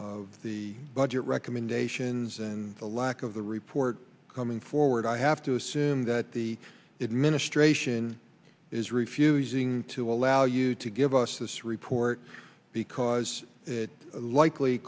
the recommendations and the lack of the report coming forward i have to assume that the administration is refusing to allow you to give us this report because it likely